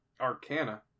Arcana